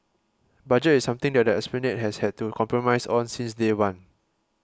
budget is something that the Esplanade has had to compromise on since day one